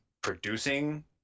producing